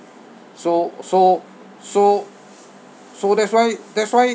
so so so so that's why that's why